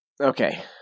Okay